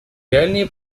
реальные